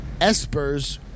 espers